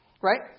right